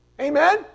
Amen